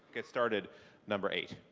get started number eight.